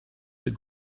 that